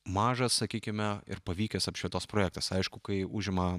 mažas sakykime ir pavykęs apšvietos projektas aišku kai užima